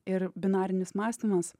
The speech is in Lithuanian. ir binarinis mąstymas